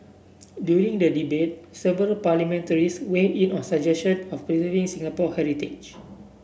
during the debate several parliamentarians weighed in on suggestion on preserving Singapore heritage